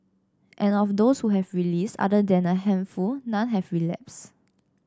and of those who have released other than a handful none have relapsed